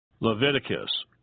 Leviticus